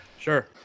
Sure